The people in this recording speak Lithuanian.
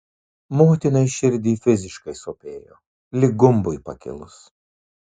motinai širdį fiziškai sopėjo lyg gumbui pakilus